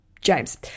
James